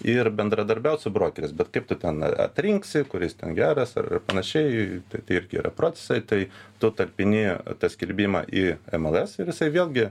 ir bendradarbiaut su brokeriais bet kaip tu ten a atrinksi kuris ten geras ar panašiai tai irgi yra procesai tai tu talpini tą skelbimą į mls ir jis vėlgi